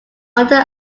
under